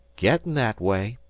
getting that way.